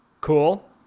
Cool